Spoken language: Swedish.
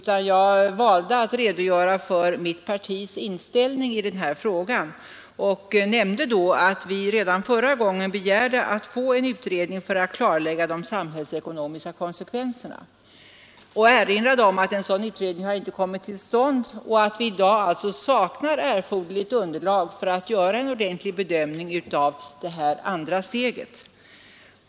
Jag valde i stället att redogöra för mitt partis inställning i den här frågan och nämnde då att vi redan förra gången begärde att få en utredning för att klarlägga de samhällsekonomiska konsekvenserna. Jag ville erinra om att en sådan utredning inte kommit till stånd, och att vi saknar erforderligt underlag för att göra en ordentlig bedömning av det andra steget.